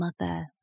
mother